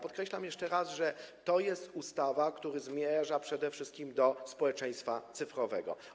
Podkreślam jeszcze raz, że to jest ustawa, która zmierza przede wszystkim w stronę społeczeństwa cyfrowego.